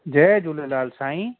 जय झूलेलाल साईं